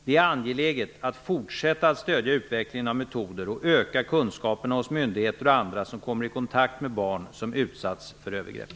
Det är angeläget att fortsätta att stödja utvecklingen av metoder och öka kunskaperna hos myndigheter och andra som kommer i kontakt med barn som utsatts för övergrepp.